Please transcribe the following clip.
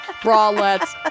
bralettes